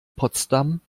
potsdam